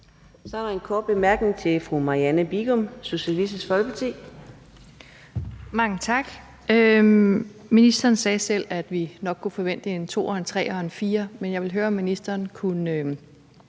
Så er der en kort bemærkning til fru Marianne Bigum, Socialistisk Folkeparti. Kl. 09:22 Marianne Bigum (SF): Mange tak. Ministeren sagde selv, at vi nok kunne forvente en toer, en treer og en firer, men jeg ville høre, om ministeren kunne